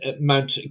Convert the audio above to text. Mount